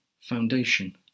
foundation